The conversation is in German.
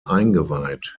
eingeweiht